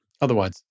Otherwise